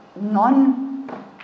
non